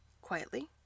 Quietly